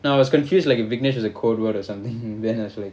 no I was confused like viknesh is a code word or something then I f~ like